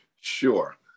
Sure